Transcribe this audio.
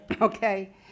Okay